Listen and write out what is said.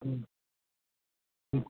हूँ हूँ